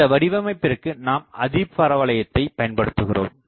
இந்த வடிவமைப்பிற்கு நாம் அதிபரவளயத்தை பயன்படுத்துகிறோம்